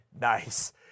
nice